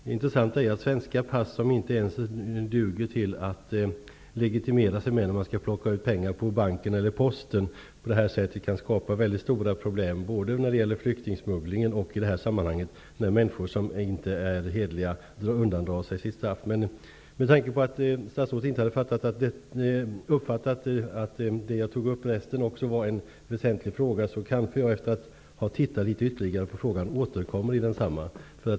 Det intressanta är att svenska pass, som inte ens duger till att legitimera sig med när man skall ta ut pengar på banken eller posten, på detta sätt kan skapa mycket stora problem genom att de kan underlätta flyktingsmugglingen och att människor som inte är hederliga kan undandra sig sitt straff. Med tanke på att statsrådet inte har uppfattat en väsentlig fråga som jag tog upp kan jag kanske, efter att ha studerat frågan ytterligare, återkomma till densamma.